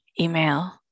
email